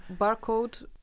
barcode